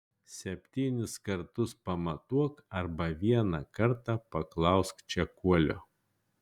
septynis kartus pamatuok arba vieną kartą paklausk čekuolio